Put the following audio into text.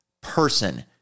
person